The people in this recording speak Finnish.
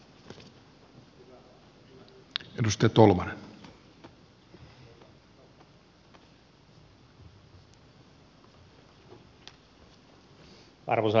arvoisa herra puhemies